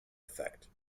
effect